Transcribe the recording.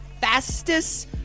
fastest